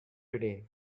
today